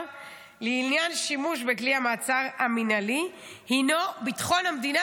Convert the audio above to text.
לעניין שימוש בכלי המעצר המינהלי הינו ביטחון המדינה,